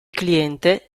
cliente